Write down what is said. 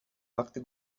وقتی